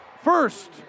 First